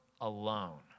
alone